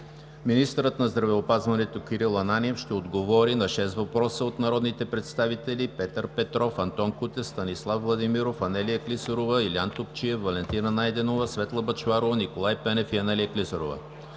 Министърът на здравеопазването Кирил Ананиев ще отговори на шест въпроса от народните представители Петър Христов Петров; Антон Кутев; Станислав Владимиров; Анелия Клисарова и Илиян Топчиев; Валентина Найденова, Светла Бъчварова и Николай Пенев; и Анелия Клисарова.